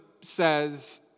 says